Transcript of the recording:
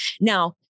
Now